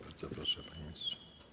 Bardzo proszę, panie ministrze.